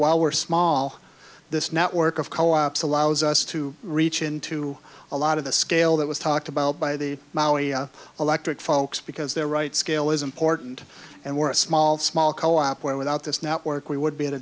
while we're small this network of co ops allows us to reach into a lot of the scale that was talked about by the electric folks because they're right scale is important and we're a small small co op where without this network we would be at a